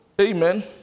Amen